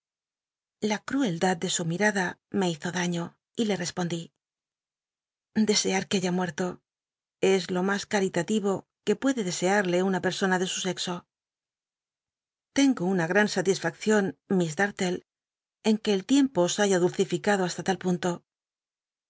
la crueldad de su mi r respondí deseat que haya muerto es lo mas caril atiyo que puede desearle una persona de su sexo l'engo una gtan satisfaccion miss d ulle en que el tiem po os haya dulcificado hasta tal pun